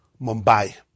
Mumbai